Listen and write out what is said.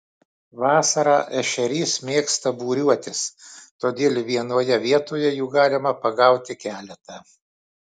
vasarą ešerys mėgsta būriuotis todėl vienoje vietoje jų galima pagauti keletą